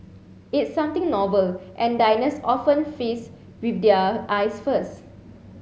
it's something novel and diners often feast with their eyes first